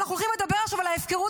אנחנו הולכים לדבר עכשיו על ההפקרות